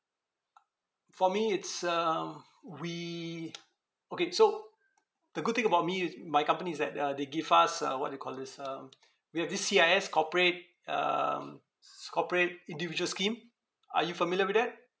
for me it's uh um we okay so the good thing about me is my company is that uh they give us uh what do you call this um we have this C_I_S corporate um it's corporate individual scheme are you familiar with that